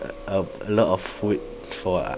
a a lot of food for